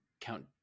Count –